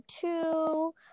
two